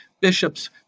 bishops